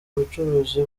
ubucuruzi